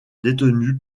détenu